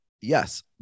Yes